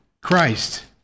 Christ